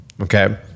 okay